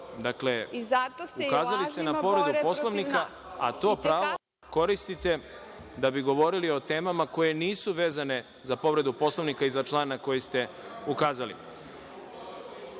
Dakle, ukazali ste na povredu Poslovnika, a to pravo koristite da bi govorili o temama koje nisu vezane za povredu Poslovnika i za član na koji ste ukazali. Po